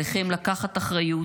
עליכם לקחת אחריות,